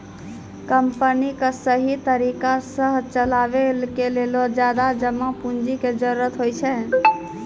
company क सहि तरिका सह चलावे के लेलो ज्यादा जमा पुन्जी के जरुरत होइ छै